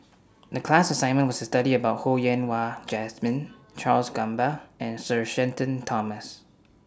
The class assignment was to study about Ho Yen Wah Jesmine Charles Gamba and Sir Shenton Thomas